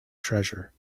treasure